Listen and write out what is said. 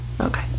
Okay